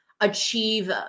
achieve